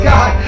God